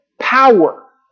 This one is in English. power